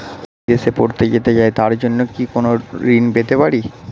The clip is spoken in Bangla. আমি বিদেশে পড়তে যেতে চাই তার জন্য কি কোন ঋণ পেতে পারি?